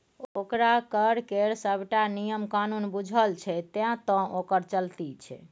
ओकरा कर केर सभटा नियम कानून बूझल छै तैं तँ ओकर चलती छै